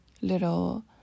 little